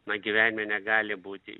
na gyvenime negali būti